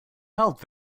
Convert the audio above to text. held